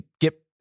get